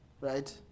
Right